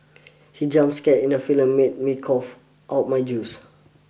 he jump scare in the film made me cough out my juice